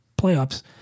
playoffs